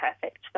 perfect